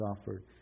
offered